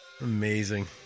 Amazing